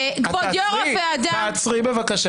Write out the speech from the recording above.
תעצרי, תעצרי, בבקשה.